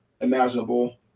imaginable